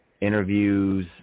interviews